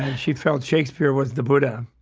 and she felt shakespeare was the buddha.